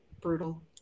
Brutal